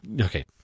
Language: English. okay